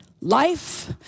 life